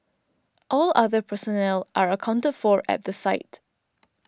all other personnel are accounted for at the site